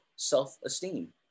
self-esteem